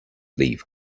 leave